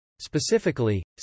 Specifically